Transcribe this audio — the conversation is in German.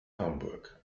hamburg